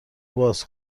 باز